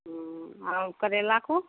और करेला को